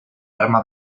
arma